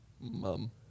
mom